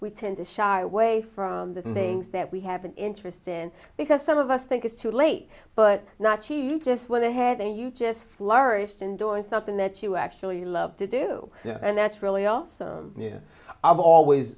we tend to shy away from the names that we have an interest in because some of us think it's too late but not she just went ahead and you just flourished in doing something that you actually love to do and that's really also near i've always